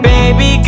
Baby